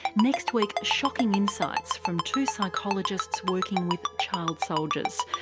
next week shocking insights from two psychologists working with child soldiers.